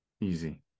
Easy